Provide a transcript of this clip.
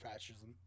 fascism